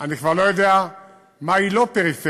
אני כבר לא יודע מהי לא פריפריה.